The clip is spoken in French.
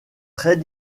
très